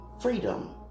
freedom